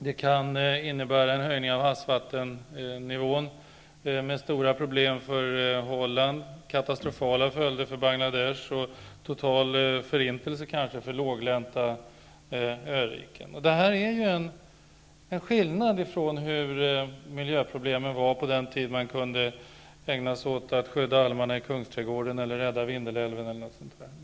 Det kan innebära en höjning av havsvattennivån, med stora problem för Holland, katastrofala följer för Bangladesh och kanske total förintelse för låglänta öriken. Detta innebär en skillnad när det gäller miljöproblemen från den tid då man kunde ägna sig åt att skydda almarna i Kungsträdgården, rädda Vindelälven eller något liknande.